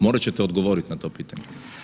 Morate ćete odgovoriti na to pitanje.